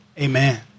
Amen